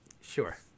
sure